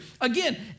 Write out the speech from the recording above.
Again